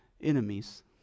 enemies